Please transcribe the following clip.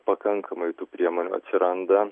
pakankamai tų priemonių atsiranda